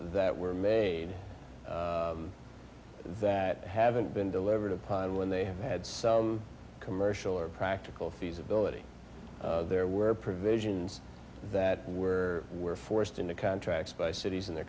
that were made that haven't been delivered upon when they have had some commercial or practical feasibility there were provisions that were were forced into contracts by cities and their